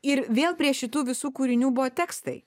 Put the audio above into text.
ir vėl prie šitų visų kūrinių buvo tekstai